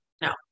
no